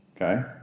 Okay